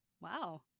wow